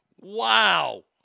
Wow